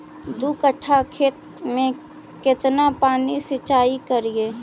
दू कट्ठा खेत में केतना पानी सीचाई करिए?